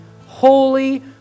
Holy